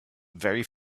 very